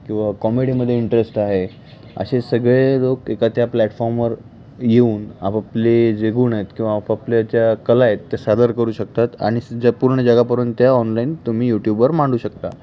किंवा कॉमेडीमध्ये इंटरेस्ट आहे असे सगळे लोक एका त्या प्लॅटफॉर्मवर येऊन आपापले जे गुण आहेत किंवा आपापल्या ज्या कला आहेत ते सादर करू शकतात आणि ज्या पूर्ण जगापर्यंत ते ऑनलाईन तुम्ही यूट्यूबवर मांडू शकता